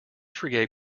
forgave